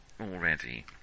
already